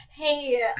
Hey